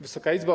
Wysoka Izbo!